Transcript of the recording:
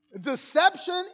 Deception